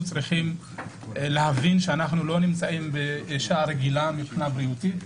צריכים להבין שאנחנו לא נמצאים בשעה רגילה מבחינה בריאותית,